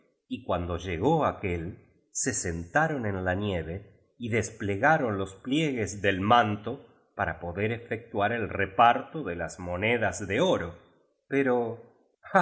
y cuando llegó aquél se senta ron en la nieve y desplegaron los pliegues del manto para po der efectuar el reparto de las monedas de oro pero